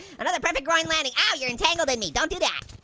another perfect groin landing. ow, you're entangled in me, don't do that.